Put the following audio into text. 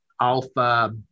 alpha